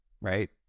right